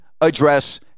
address